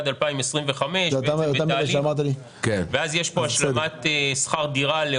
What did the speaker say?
עד 2025. יש כאן השלמת שכר דירה.